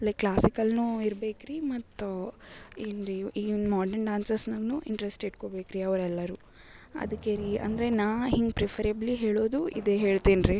like ಕ್ಲಾಸಿಕಲ್ನೂ ಇರಬೇಕ್ರಿ ಮತ್ತು ಏನ್ರಿ ಈ ಮಾಡರ್ನ್ ಡಾನ್ಸಸ್ನ್ನು ಇಂಟ್ರೆಸ್ಟ್ ಇಟ್ಕೋಬೇಕ್ರಿ ಅವರೆಲ್ಲರು ಅದ್ಕೆ ರೀ ಅಂದ್ರೆ ನಾ ಹಿಂಗೆ ಪ್ರಿಫರೆಬ್ಲಿ ಹೇಳೋದು ಇದೆ ಹೇಳ್ತೀನ್ ರೀ